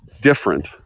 different